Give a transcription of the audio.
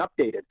updated